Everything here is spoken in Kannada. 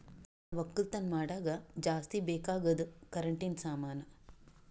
ನಾವ್ ಒಕ್ಕಲತನ್ ಮಾಡಾಗ ಜಾಸ್ತಿ ಬೇಕ್ ಅಗಾದ್ ಕರೆಂಟಿನ ಸಾಮಾನು